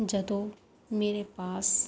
ਜਦੋਂ ਮੇਰੇ ਪਾਸ